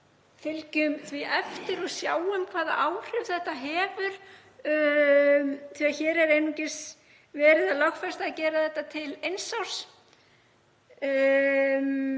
fylgjum því eftir og sjáum hvaða áhrif þetta hefur því að hér er einungis verið að lögfesta að gera þetta til eins árs,